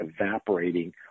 evaporating